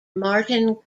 martin